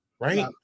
right